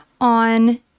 on